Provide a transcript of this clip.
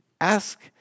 ask